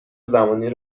زمانی